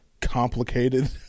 complicated